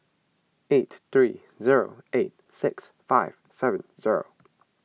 eight three zero eight six five seven zero